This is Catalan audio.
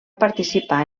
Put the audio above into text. participar